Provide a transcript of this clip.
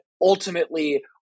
ultimately